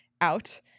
out